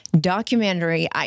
documentary